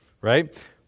right